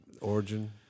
Origin